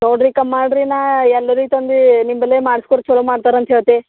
ನೋಡ್ರಿ ಕಮ್ ಮಾಡ್ರಿ ನಾ ಎಲ್ಲರಿಗೆ ತಂದು ನಿಂಬಲ್ಲೆ ಮಾಡ್ಸ್ಕೊಡಿ ಚಲೋ ಮಾಡ್ತಾರೆ ಅಂತ ಹೇಳ್ತೆ